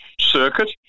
Circuit